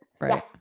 Right